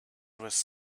was